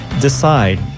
decide